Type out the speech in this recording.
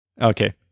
okay